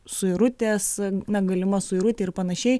suirutės na galima suirutė ir panašiai